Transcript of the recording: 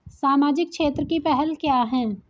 सामाजिक क्षेत्र की पहल क्या हैं?